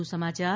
વધુ સમાચાર